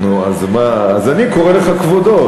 נו, אז מה, אז אני קורא לך "כבודו".